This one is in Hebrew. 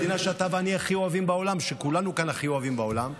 המדינה שאתה ואני הכי אוהבים בעולם,